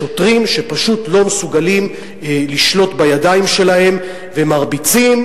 אני מדבר על שוטרים שפשוט לא מסוגלים לשלוט בידיים שלהם ומרביצים,